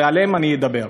ועליהם אני אדבר.